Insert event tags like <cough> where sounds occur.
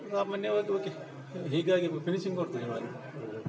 <unintelligible> okay ಹೀಗಾಗಿ ಒಂದು finishing ಕೊಡ್ತೆ ನಾನು